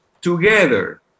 together